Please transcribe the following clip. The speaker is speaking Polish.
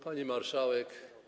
Pani Marszałek!